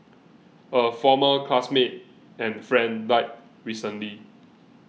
a former classmate and friend died recently